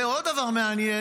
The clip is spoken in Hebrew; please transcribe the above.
ועוד דבר מעניין,